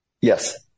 Yes